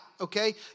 okay